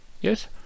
yes